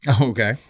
okay